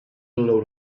load